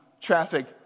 traffic